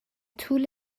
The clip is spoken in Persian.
طول